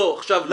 לא, עכשיו לא.